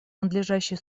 надлежащей